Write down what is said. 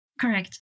Correct